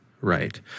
right